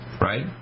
right